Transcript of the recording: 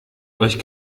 euch